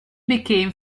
became